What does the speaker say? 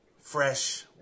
fresh